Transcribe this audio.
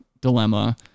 dilemma